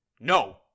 No